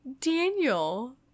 Daniel